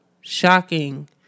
Shocking